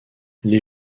les